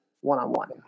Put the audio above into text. one-on-one